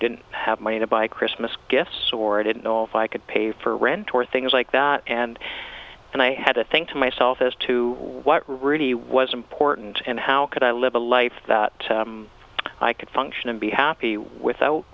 didn't have money to buy christmas gifts or i didn't know if i could pay for rent or things like that and and i had to think to myself as to what really was important and how could i live a life that i could function and be happy without